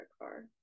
car